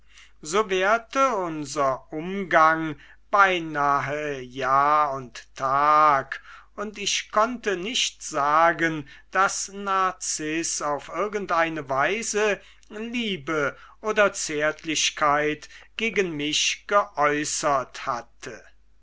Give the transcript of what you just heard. so währte unser umgang beinahe jahr und tag und ich konnte nicht sagen daß narziß auf irgendeine weise liebe oder zärtlichkeit gegen mich geäußert hätte